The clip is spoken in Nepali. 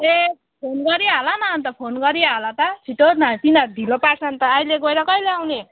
ए फोन गरिहाल न अनि त फोन गरिहाल त छिटो नभए तिनीहरू ढिलो पार्छन् त अहिले गएर कहिले आउने